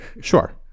Sure